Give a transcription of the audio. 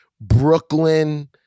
Brooklyn